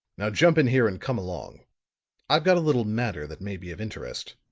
now jump in here and come along i've got a little matter that may be of interest.